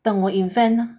等我 invent ah